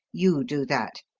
you do that.